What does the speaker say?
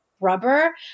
rubber